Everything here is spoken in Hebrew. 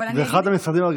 אני מאוד אשמח להצטרף.